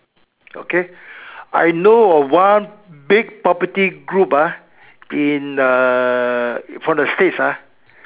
okay I know of one big property group ah in uh from the States ah